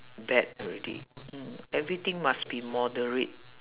bad already mm everything must be moderate